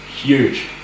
Huge